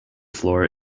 floor